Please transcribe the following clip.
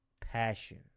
passion